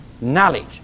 knowledge